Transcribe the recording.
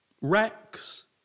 Rex